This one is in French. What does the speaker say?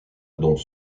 dans